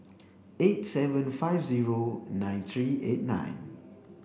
eight seven five zero nine three eight nine